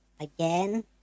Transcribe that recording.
Again